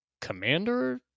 Commander